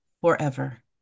forever